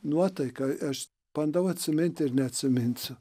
nuotaika aš bandau atsiminti ir neatsiminsiu